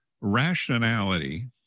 rationality